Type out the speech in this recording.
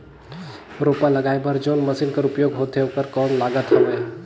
रोपा लगाय बर जोन मशीन कर उपयोग होथे ओकर कौन लागत हवय?